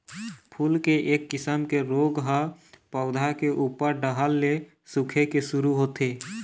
फूल के एक किसम के रोग ह पउधा के उप्पर डहर ले सूखे के शुरू होथे